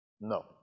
No